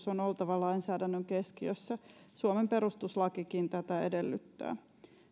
on oltava lainsäädännön keskiössä suomen perustuslakikin tätä edellyttää